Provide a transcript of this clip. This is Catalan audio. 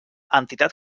entitat